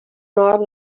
nord